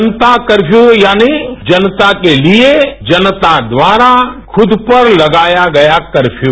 जनता curfew यानि जनता के लिए जनता द्वारा खुद पर लगाया गया कर्फ्यू